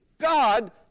God